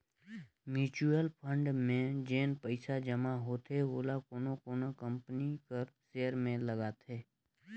mutual fund में जेन पइसा जमा होथे ओला कोनो कोनो कंपनी कर सेयर में लगाथे